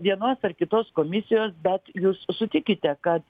vienos ar kitos komisijos bet jūs sutikite kad